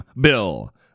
bill